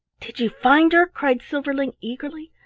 did you find her? cried silverling, eagerly.